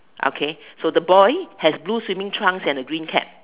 okay so the boy has blue swimming trunks and a green cap